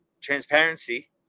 transparency